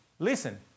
Listen